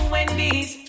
Wendy's